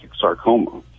sarcoma